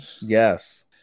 Yes